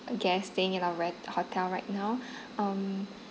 guests staying in our re~ hotel right now um